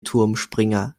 turmspringer